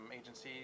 agencies